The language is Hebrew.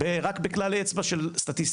רק בכלל אצבע של סטטיסטיקה.